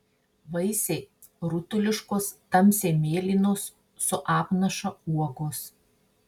vaisiai rutuliškos tamsiai mėlynos su apnaša uogos